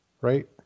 right